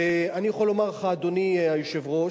אני יכול לומר לך, אדוני היושב-ראש,